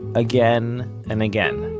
again and again